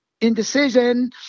Indecision